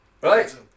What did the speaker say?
Right